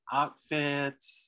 outfits